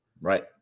Right